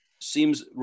seems